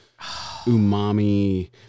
umami